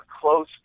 close